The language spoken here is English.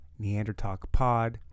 NeanderTalkPod